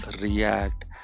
react